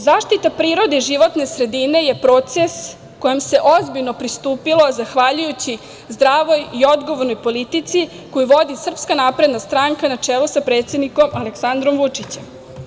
Zaštite prirode životne sredine je proces kojem se ozbiljno pristupilo zahvaljujući zdravoj i odgovornoj politici koju vodi SNS na čelu sa predsednikom Aleksandrom Vučićem.